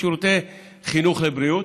לשירותי חינוך לבריאות.